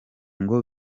ngo